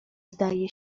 zdaje